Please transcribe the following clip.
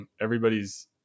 Everybody's